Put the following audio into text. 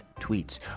tweets